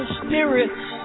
spirits